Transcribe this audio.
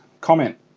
comment